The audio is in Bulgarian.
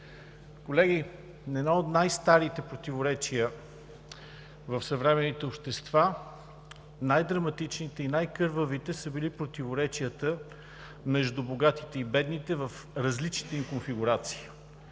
Колеги, едни от най-старите противоречия в съвременните общества, най-драматичните и най-кървавите са били противоречията между богатите и бедните в различните им конфигурации